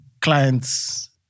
clients